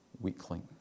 weakling